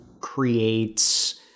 creates